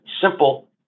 simple